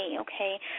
okay